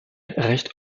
recht